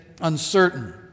uncertain